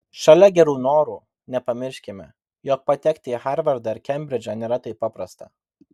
šalia gerų norų nepamirškime jog patekti į harvardą ar kembridžą nėra taip paprasta